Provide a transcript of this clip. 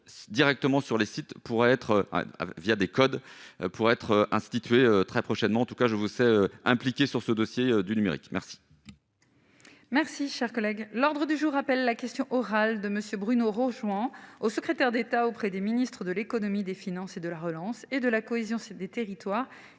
directement sur les sites pourraient être via des codes pour être instituée très prochainement en tous cas je vous sais impliqué sur ce dossier du numérique merci. Merci, cher collègue, l'ordre du jour appelle la question orale de Monsieur Bruno Roche joint au secrétaire d'État auprès des ministres de l'Économie, des finances et de la relance et de la cohésion des territoires